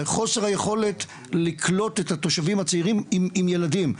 חוסר היכולת לקלוט את התושבים הצעירים עם הילדים.